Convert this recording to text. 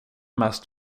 mest